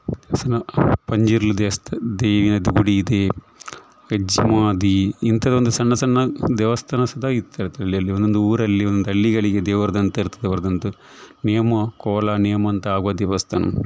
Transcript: ದೇವಸ್ಥಾನ ಪಂಜುರ್ಲಿ ದೇವಸ್ಥಾನ ದೇವಿಯದ್ದು ಗುಡಿ ಇದೆ ಹೆಜ್ಮಾಡಿ ಇಂಥದೊಂದು ಸಣ್ಣ ಸಣ್ಣ ದೇವಸ್ಥಾನ ಸದಾ ಇರ್ತದೆ ಎಲ್ಲೆಲ್ಲಿ ಒಂದೊಂದು ಊರಲ್ಲಿ ಒಂದೊಂದು ಹಳ್ಳಿಗಳಿಗೆ ದೇವರದು ಅಂತ ಇರ್ತದೆ ಅವರದೊಂದು ನೇಮ ಕೋಲ ನೇಮ ಅಂತ ಆಗೋ ದೇವಸ್ಥಾನ